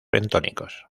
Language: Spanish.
bentónicos